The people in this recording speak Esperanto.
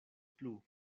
plu